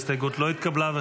ההסתייגות לא התקבלה.